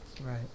Right